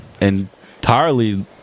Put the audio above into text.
entirely